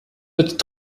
wird